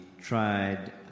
tried